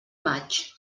maig